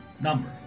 number